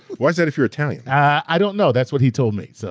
why is that if you're italian? i don't know, that's what he told me, so